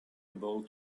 able